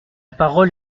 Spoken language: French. parole